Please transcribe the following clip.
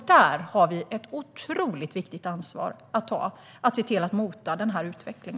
Vi har ett mycket stort ansvar när det gäller att motverka denna utveckling.